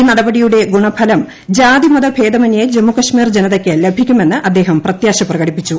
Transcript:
ഈ നടപടിയുടെ ഗുണഫലം ജാതിമത ഭേദമന്യെ ജമ്മുകാശ്മീർ ജനതയ്ക്ക് ലഭിക്കുമെന്ന് അദ്ദേഹം പ്രത്യാശ പ്രകടിപ്പിച്ചു